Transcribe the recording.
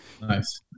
Nice